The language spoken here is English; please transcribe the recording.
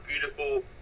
beautiful